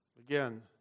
Again